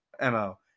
MO